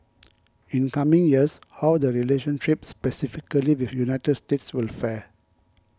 in coming years how the relationship specifically with United States will fare